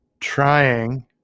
Trying